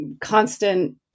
constant